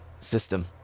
system